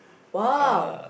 !wow!